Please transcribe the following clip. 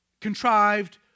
contrived